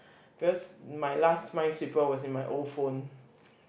because my last Minesweeper was in my old phone